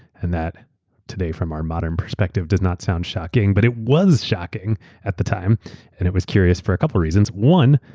and today, from our modern perspective did not sound shocking, but it was shocking at the time and it wascurious for a couple of reasons. one,